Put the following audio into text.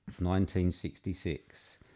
1966